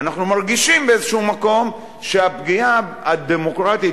אנחנו מרגישים באיזה מקום שהפגיעה הדמוקרטית